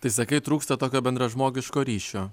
tai sakai trūksta tokio bendražmogiško ryšio